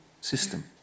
system